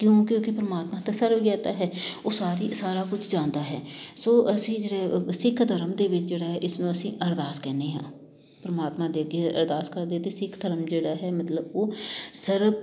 ਕਿਉਂ ਕਿਉਂਕਿ ਪਰਮਾਤਮਾ ਤਾਂ ਸਰਬ ਗਿਆਤਾ ਹੈ ਉਹ ਸਾਰੀ ਸਾਰਾ ਕੁਛ ਜਾਣਦਾ ਹੈ ਸੋ ਅਸੀਂ ਜਿਹੜਾ ਸਿੱਖ ਧਰਮ ਦੇ ਵਿੱਚ ਜਿਹੜਾ ਇਸਨੂੰ ਅਸੀਂ ਅਰਦਾਸ ਕਹਿੰਦੇ ਹਾਂ ਪਰਮਾਤਮਾ ਦੇ ਅੱਗੇ ਅਰਦਾਸ ਕਰਦੇ ਅਤੇ ਸਿੱਖ ਧਰਮ ਜਿਹੜਾ ਹੈ ਮਤਲਬ ਉਹ ਸਰਬ